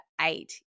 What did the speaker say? eight